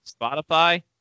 Spotify